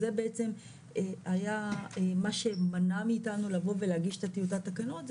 זה בעצם היה מה שמנע מאיתנו לבוא ולהגיש את טיוטת התקנות.